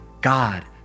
god